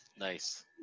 nice